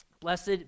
Blessed